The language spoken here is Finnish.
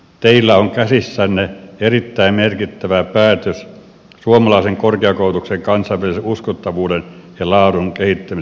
teillä on käsissänne erittäin merkittävä päätös suomalaisen korkeakoulutuksen kansainvälisen uskottavuuden ja laadun kehittämisen näkökulmasta